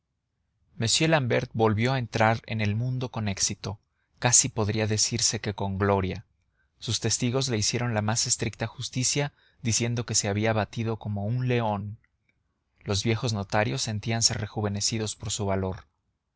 m l'ambert volvió a entrar en el mundo con éxito casi podría decirse que con gloria sus testigos le hicieron la más estricta justicia diciendo que se había batido como un león los viejos notarios sentíanse rejuvenecidos por su valor